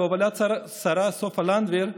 בהובלת השרה סופה לנדבר,